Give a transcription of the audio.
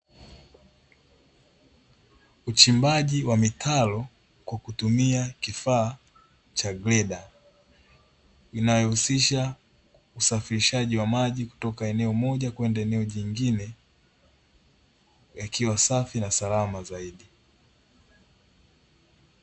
Uchimbaji wa mitaro kwa kutumia kifaa cha greda, inayohusisha usafirishaji wa maji kutoka eneo moja kwenda eneo jingine, yakiwa safi na salama zaidi.